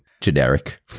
generic